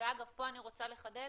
ואגב, פה אני רוצה לחדד